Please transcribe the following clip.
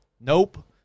nope